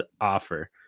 offer